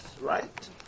right